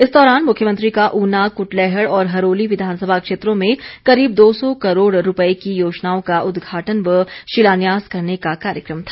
इस दौरान मुख्यमंत्री का ऊना कुटलैहड़ और हरोली विधानसभा क्षेत्रों में करीब दो सौ करोड़ रूपए की योजनाओं का उद्घाटन व शिलान्यास करने का कार्यक्रम था